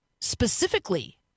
specifically